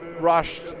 rushed